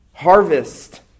Harvest